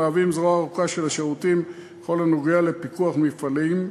הם מהווים זרוע ארוכה של השירותים בכל הנוגע לפיקוח במפעלים.